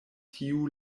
tiu